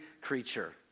creature